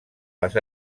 les